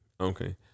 Okay